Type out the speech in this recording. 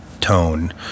tone